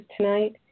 tonight